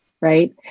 right